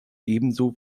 ebenso